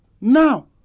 Now